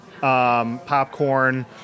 popcorn